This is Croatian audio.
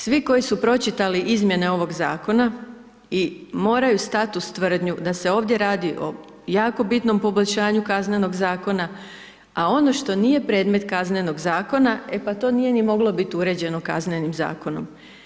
Svi koji su pročitali izmjene ovoga Zakona i moraju stati uz tvrdnju da se ovdje radi o jako bitnom poboljšanju kaznenog Zakona, a ono što nije predmet kaznenog Zakona, e, pa to nije ni moglo biti uređeno kaznenim Zakonom.